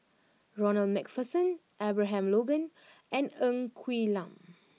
Ronald MacPherson Abraham Logan and Ng Quee Lam